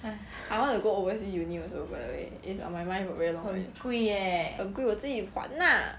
I want to go overseas uni also by the way it's on my mind for very long already 很贵我自己还 lah